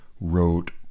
wrote